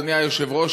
אדוני היושב-ראש,